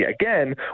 again